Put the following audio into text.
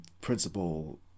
principle